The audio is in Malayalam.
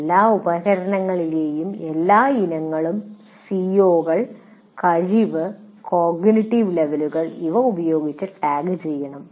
എല്ലാ ഉപകരണങ്ങളിലെയും എല്ലാ ഇനങ്ങളും സിഒകൾ കഴിവ് കോഗ്നിറ്റീവ് ലെവലുകൾ എന്നിവ ഉപയോഗിച്ച് ടാഗുചെയ്യണം